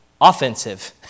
offensive